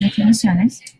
definiciones